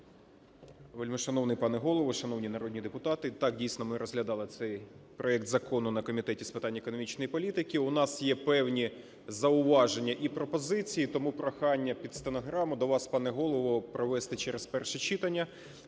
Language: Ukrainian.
Вельмишановний пане Голово! Шановні народні депутати! Так, дійсно ми розглядали цей проект закону на Комітеті з питань економічної політики. У нас є певні зауваження і пропозиції , і тому прохання під стенограму, до вас пане голово, провести через перше читання.